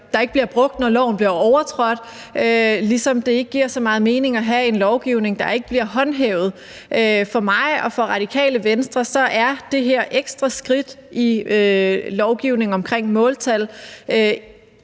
der ikke bliver brugt, når loven bliver overtrådt, ligesom det ikke giver så meget mening at have en lovgivning, der ikke bliver håndhævet. For mig og for Radikale Venstre er det her ekstra skridt i lovgivning om måltal